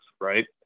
right